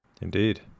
Indeed